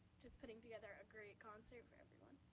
just putting together a great concert for everyone.